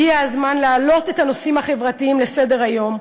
הגיע הזמן להעלות את הנושאים החברתיים לסדר-היום,